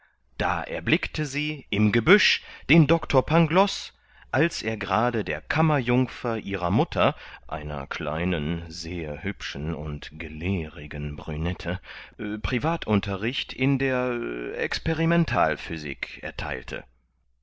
da erblickte sie im gebüsch den doctor pangloß als er gerade der kammerjungfer ihrer mutter einer kleinen sehr hübschen und gelehrigen brünette privatunterricht in der experimental physik ertheilte